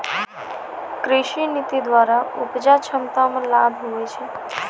कृषि नीति द्वरा उपजा क्षमता मे लाभ हुवै छै